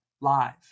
live